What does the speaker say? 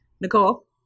Nicole